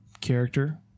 character